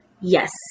Yes